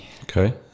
Okay